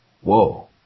whoa